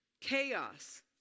chaos